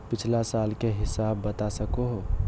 पिछला साल के हिसाब बता सको हो?